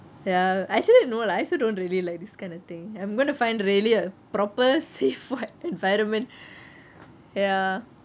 ya actually no lah I also don't really like this kind of thing I'm going to find really a proper safe environment ya